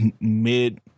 mid